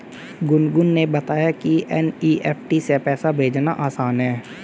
गुनगुन ने बताया कि एन.ई.एफ़.टी से पैसा भेजना आसान है